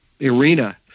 arena